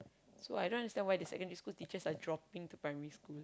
so I don't understand why the secondary school teachers are dropping to Primary School